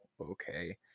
okay